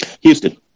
Houston